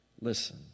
listen